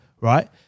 right